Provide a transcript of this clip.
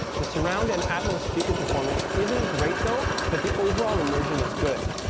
the surround and atmos speaker performance isn't great though, but the overall immersion is good.